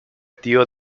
tío